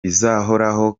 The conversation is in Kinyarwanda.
bizahoraho